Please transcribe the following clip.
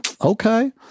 okay